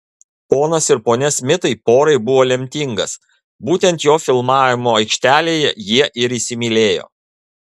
ponas ir ponia smitai porai buvo lemtingas būtent jo filmavimo aikštelėje jie ir įsimylėjo